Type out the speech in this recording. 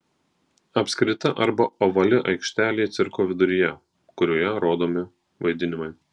apskrita arba ovali aikštelė cirko viduryje kurioje rodomi vaidinimai